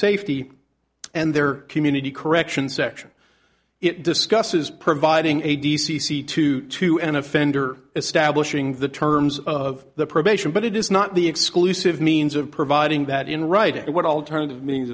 safety and their community corrections section it discusses providing a d c c to to an offender establishing the terms of the probation but it is not the exclusive means of providing that in writing what alternative means